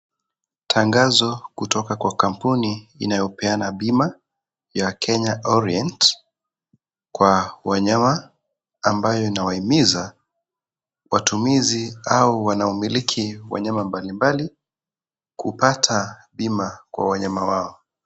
Tangazo kutoka kwa kampuni inayopeana bima ya Kenya Orient kwa wanyama ambayo inawahimiza watumizi au wanaomiliki wanyama mbalimbali kupata bima kwa wanyama wao.